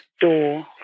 door